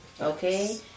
okay